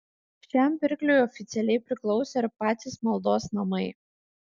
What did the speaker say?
šiam pirkliui oficialiai priklausė ir patys maldos namai